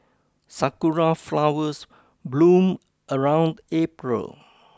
sakura flowers bloom around April